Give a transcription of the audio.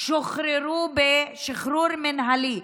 ששוחררו בשחרור מינהלי,